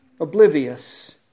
oblivious